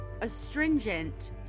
astringent